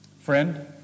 Friend